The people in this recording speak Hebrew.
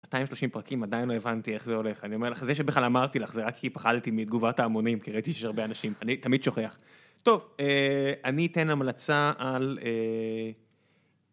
230 פרקים עדיין לא הבנתי איך זה הולך, אני אומר לך, זה שבכלל אמרתי לך, זה רק כי פחדתי מתגובת ההמונים, כי ראיתי שיש הרבה אנשים, אני תמיד שוכח. טוב, אני אתן המלצה על...